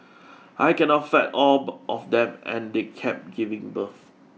I cannot feed all of them and they keep giving birth